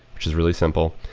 which is really simple.